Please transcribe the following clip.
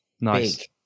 Nice